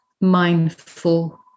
mindful